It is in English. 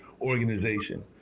organization